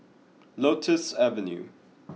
Lotus Avenue